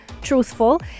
truthful